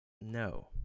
No